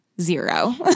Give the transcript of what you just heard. zero